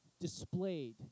displayed